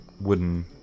wooden